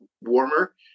warmer